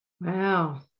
Wow